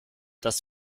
das